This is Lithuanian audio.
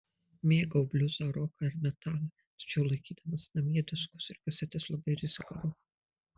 mėgau bliuzą roką ir metalą tačiau laikydamas namie diskus ir kasetes labai rizikavau